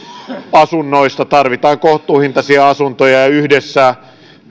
asunnoista tarvitaan kohtuuhintaisia asuntoja ja yhdessä